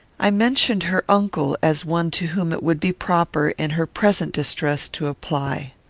i mentioned her uncle as one to whom it would be proper, in her present distress, to apply.